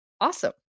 Awesome